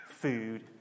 food